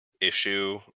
issue